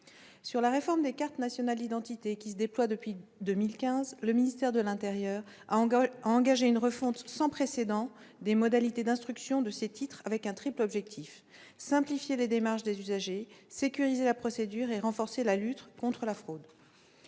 la réforme des cartes nationales d'identité qui se déploie depuis 2015, le ministère de l'intérieur a engagé une refonte sans précédent des modalités d'instruction de ces titres, avec un triple objectif : simplifier les démarches des usagers, sécuriser la procédure et renforcer la lutte contre la fraude.